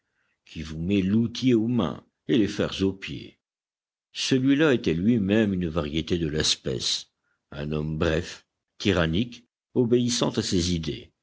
qui vous met l'outil aux mains et les fers aux pieds celui-là était lui-même une variété de l'espèce un homme bref tyrannique obéissant à ses idées